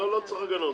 לא צריך הגנות.